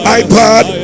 iPad